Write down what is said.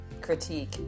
critique